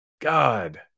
God